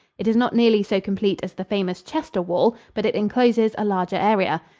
it is not nearly so complete as the famous chester wall, but it encloses a larger area.